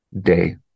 Day